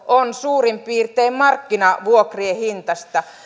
on suurin piirtein markkinavuokrien hintaista